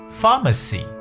pharmacy，